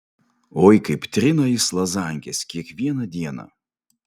oi kaip trina jis lazankes kiekvieną dieną